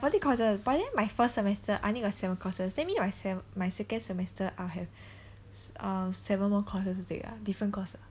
fourteen courses but then my first semester I only got seven courses that means my sev~ my second semester I'll have um seven more courses to take ah different course ah